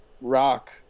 rock